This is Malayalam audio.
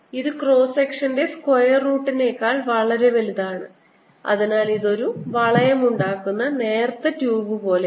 ഇത് ക്രോസ് സെക്ഷന്റെ സ്ക്വയർ റൂട്ടിനേക്കാൾ വളരെ വലുതാണ് അതിനാൽ ഇത് ഒരു വളയം ഉണ്ടാക്കുന്ന നേർത്ത ട്യൂബ് പോലെയാണ്